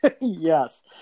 yes